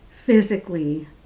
physically